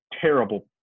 terrible –